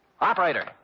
Operator